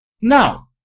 Now